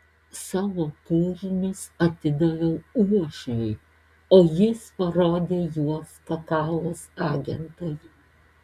savo kūrinius atidaviau uošviui o jis parodė juos kakavos agentui